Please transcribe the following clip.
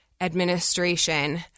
Administration